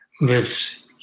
lives